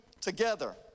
together